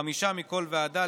חמישה מכל ועדה,